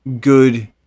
good